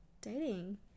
dating